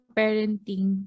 parenting